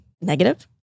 negative